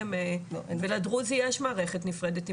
ולדרוזי יש מערכת נפרדת,